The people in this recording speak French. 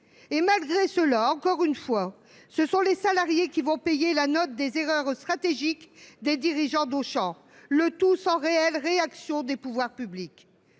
Et, malgré cela, encore une fois, ce sont les salariés qui vont payer la note des erreurs stratégiques des dirigeants d’Auchan, le tout sans réelle réaction des pouvoirs publics.